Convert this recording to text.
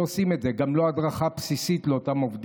או, תהיי עם אזיקון.